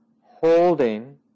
Holding